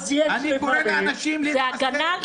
אני קורא לאנשים להתחסן.